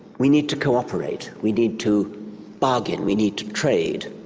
we need to co-operate, we need to bargain, we need to trade.